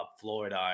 Florida